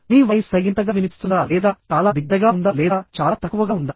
మీ voice తగినంతగా వినిపిస్తుందా లేదా చాలా బిగ్గరగా ఉందా లేదా చాలా తక్కువగా ఉందా